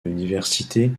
l’université